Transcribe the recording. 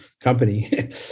company